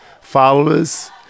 followers